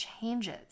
changes